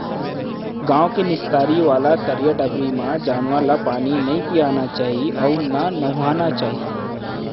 गॉँव के निस्तारी वाला तरिया डबरी म जानवर ल पानी नइ पियाना चाही अउ न नहवाना चाही